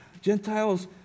Gentiles